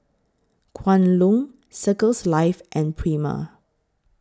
Kwan Loong Circles Life and Prima